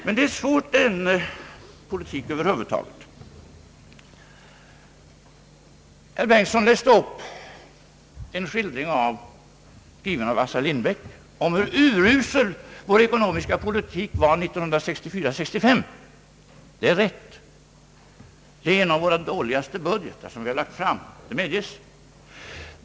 Men det är svårt med politik över huvud taget. Herr Bengtson läste upp en skildring, skriven av Assar Lindbeck, om hur urusel vår ekonomiska politik var 1964/65. Det är rätt. Det medges att det var en av de sämsta budgetar vi lagt fram.